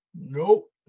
Nope